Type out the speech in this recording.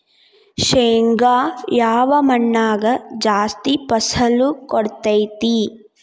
ಶೇಂಗಾ ಯಾವ ಮಣ್ಣಾಗ ಜಾಸ್ತಿ ಫಸಲು ಕೊಡುತೈತಿ?